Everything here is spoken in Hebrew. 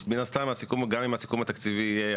יש בעיה עם הנושא הזה.